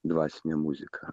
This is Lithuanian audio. dvasinę muziką